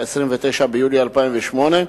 29 ביולי 2008,